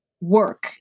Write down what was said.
work